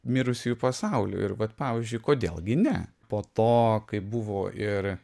mirusiųjų pasauliu ir vat pavyzdžiui kodėl gi ne po to kai buvo ir